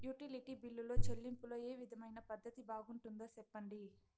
Utility బిల్లులో చెల్లింపులో ఏ విధమైన పద్దతి బాగుంటుందో సెప్పండి?